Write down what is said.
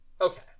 Okay